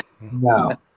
No